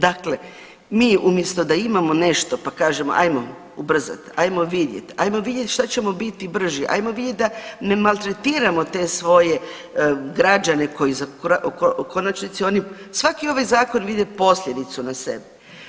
Dakle, mi umjesto da imamo nešto pa kažemo ajmo ubrzat, ajmo vidjet, ajmo vidjeti šta ćemo biti brži, ajmo vidjet da ne maltretiramo te svoje građane, u konačnici svaki ovaj zakon ide posljedicu na sebe.